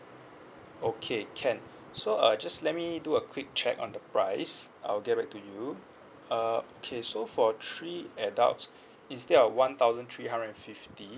okay can so uh just let me do a quick check on the price I'll get back to you uh okay so for three adults instead of one thousand three hundred and fifty